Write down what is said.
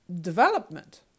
development